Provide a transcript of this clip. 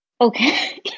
Okay